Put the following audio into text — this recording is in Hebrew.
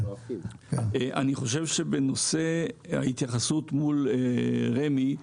אני חושב שבנושא ההתייחסות מול רמ"י,